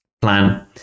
plan